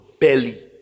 belly